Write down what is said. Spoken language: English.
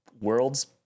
world's